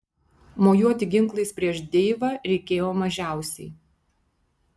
mojuoti ginklais prieš deivą reikėjo mažiausiai